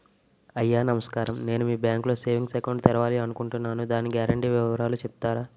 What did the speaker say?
అయ్యా నమస్కారం నేను మీ బ్యాంక్ లో సేవింగ్స్ అకౌంట్ తెరవాలి అనుకుంటున్నాను దాని గ్యారంటీ వివరాలు చెప్తారా?